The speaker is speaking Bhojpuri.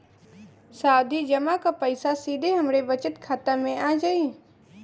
सावधि जमा क पैसा सीधे हमरे बचत खाता मे आ जाई?